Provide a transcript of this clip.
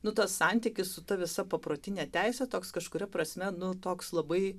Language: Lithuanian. nu tas santykis su ta visa paprotine teise toks kažkuria prasme toks labai